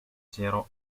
zéro